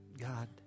God